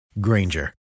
Granger